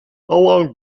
along